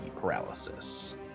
Paralysis